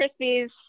Krispies